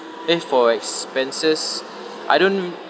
eh for expenses I don't